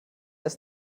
ist